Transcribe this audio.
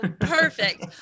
Perfect